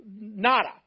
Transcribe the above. nada